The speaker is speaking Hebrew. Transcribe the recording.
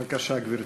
בבקשה, גברתי.